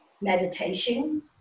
meditation